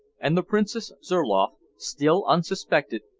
and the princess zurloff, still unsuspected,